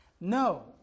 No